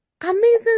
Amazing